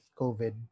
covid